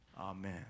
Amen